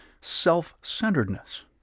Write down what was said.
self-centeredness